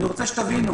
אני רוצה שתבינו.